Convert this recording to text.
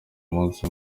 munsi